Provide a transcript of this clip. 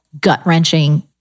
gut-wrenching